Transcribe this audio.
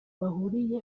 bahuriye